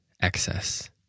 excess